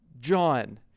John